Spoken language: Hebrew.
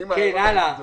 אני אמשיך.